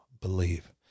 believe